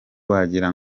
wagira